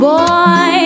Boy